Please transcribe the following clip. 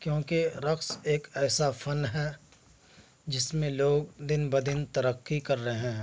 کیونکہ رقص ایک ایسا فن ہے جس میں لوگ دن بہ دن ترقی کر رہے ہیں